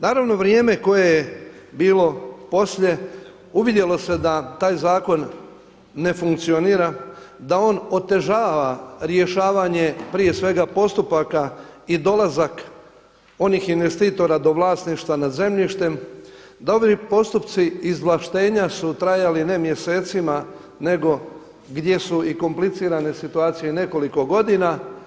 Naravno vrijeme koje je bilo poslije uvidjelo se da taj zakon ne funkcionira, da on otežava rješavanje prije svega postupaka i dolazak onih investitora do vlasništva nad zemljištem, da ovi postupci izvlaštenja su trajali ne mjesecima nego gdje su i komplicirane situacije i nekoliko godina.